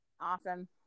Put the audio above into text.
Awesome